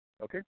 Okay